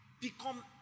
become